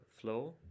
flow